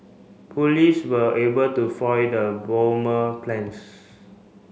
police were able to foil the bomber plans